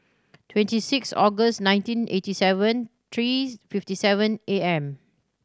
twenty six August nineteen eighty seven three fifty seven A M